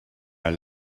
are